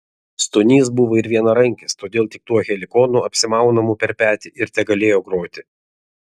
stonys buvo ir vienarankis todėl tik tuo helikonu apsimaunamu per petį ir tegalėjo groti